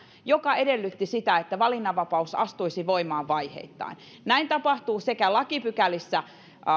joka edellytti sitä että valinnanvapaus astuisi voimaan vaiheittain näin tapahtuu lakipykälissä